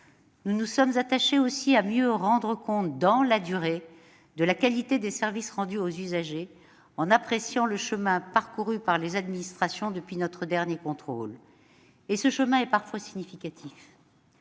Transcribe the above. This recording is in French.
nous nous sommes attachés à mieux rendre compte, dans la durée, de la qualité des services rendus aux usagers, en appréciant le chemin parcouru par les administrations depuis notre dernier contrôle. Ce chemin est parfois significatif.